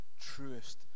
truest